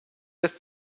des